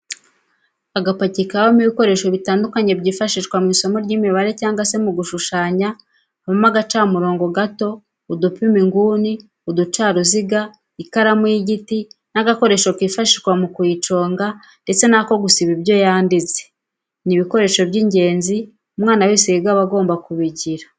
Agapaki kabamo ibikoresho bitandukanye byifashishwa mw'isomo ry'imibare cyangwa se mu gushushanya habamo agacamurobo gato, udupima inguni, uducaruziga ,ikaramu y'igiti n'agakoresho kifashishwa mu kuyiconga ndetse n'ako gusiba ibyo yanditse, ni ibikoresho by'ingenzi umwana wese wiga aba agomba kugira.